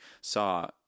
saw